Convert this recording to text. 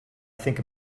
think